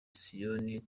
siyoni